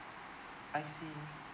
I see